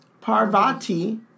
Parvati